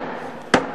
ברכה